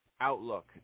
outlook